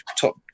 top